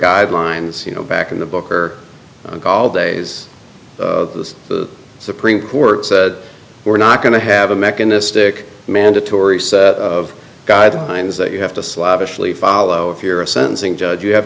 guidelines you know back in the book or call days the supreme court said we're not going to have a mechanistic mandatory set of guidelines that you have to slavishly follow if you're a sensing judge you have